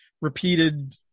repeated